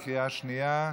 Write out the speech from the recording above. בקריאה שנייה?